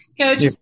Coach